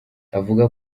avuga